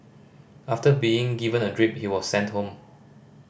after being given a drip he was sent home